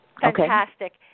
fantastic